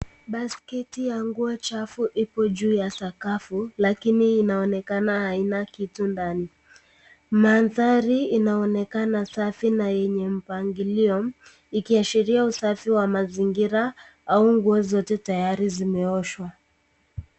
Basketi ya nguo chafu iko juu ya sakafu lakini inaonekana haina kitu ndani, mandhari inaonekana safi na yenye mpangilio, ikiashiria usafi wa mazingira au nguo yote tayari zimeoshwa.